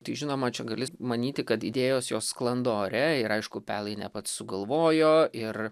tai žinoma čia gali manyti kad idėjos jos sklando ore ir aišku pelei ne pats sugalvojo ir